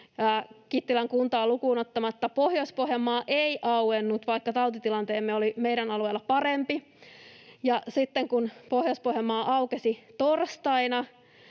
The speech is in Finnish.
Kittilän kuntaa lukuun ottamatta, Pohjois-Pohjanmaa ei auennut, vaikka tautitilanteemme oli meidän alueellamme parempi, ja sitten kun Pohjois-Pohjanmaa aukesi torstaina